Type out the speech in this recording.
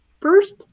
First